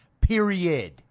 period